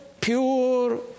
pure